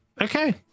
Okay